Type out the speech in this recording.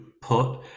put